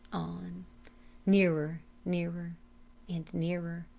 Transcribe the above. on nearer, nearer and nearer.